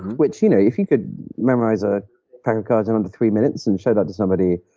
which you know if you could memorize a pack of cards in under three minutes and show that to somebody,